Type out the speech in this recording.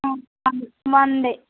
a one day